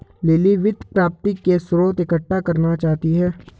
lily वित्त प्राप्ति के स्रोत इकट्ठा करना चाहती है